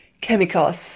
chemicals